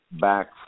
back